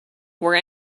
were